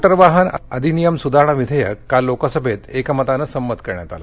motor वाहन अधिनियम सुधारणा विधेयक काल लोकसभेत एकमतानं संमत करण्यात आलं